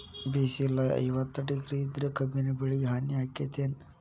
ಬಿಸಿಲ ಐವತ್ತ ಡಿಗ್ರಿ ಇದ್ರ ಕಬ್ಬಿನ ಬೆಳಿಗೆ ಹಾನಿ ಆಕೆತ್ತಿ ಏನ್?